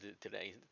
today